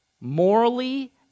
morally